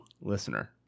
listener